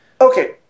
Okay